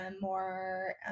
more